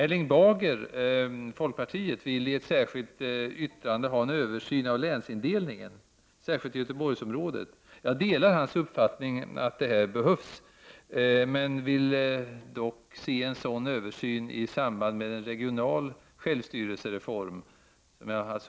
Erling Bager, folkpartiet, begär i ett särskilt yttrande en översyn av länsindelningen, särskilt i Göteborgsområdet. Jag delar hans uppfattning om att det behövs en sådan men ser gärna att den kommer i samband med en regional självstyrelsereform.